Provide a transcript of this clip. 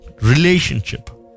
relationship